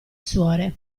suore